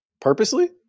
Purposely